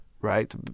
Right